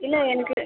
இல்லை எனக்கு